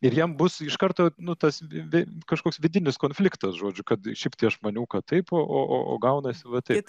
ir jiem bus iš karto nu tas vi kažkoks vidinis konfliktas žodžiu kad kaip čia aš maniau kad taip o gaunasi va taip